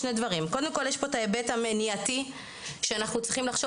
קודם כל יש פה ההיבט המניעתי שאנחנו צריכים לחשוב